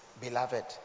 beloved